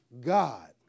God